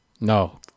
no